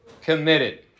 committed